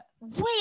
wait